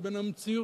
לבין המציאות.